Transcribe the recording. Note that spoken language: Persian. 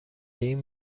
این